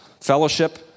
Fellowship